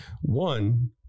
one